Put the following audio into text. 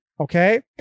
Okay